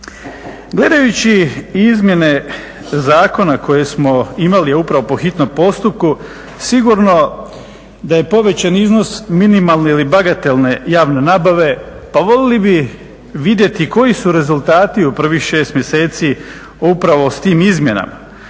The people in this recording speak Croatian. Gledajući izmjene zakona koje smo imali upravo po hitnom postupku sigurno da je povećan iznos minimalne ili bagatelne javne nabave, pa volili bi vidjeti koji su rezultati u prvih 6 mjeseci upravo s tim izmjenama.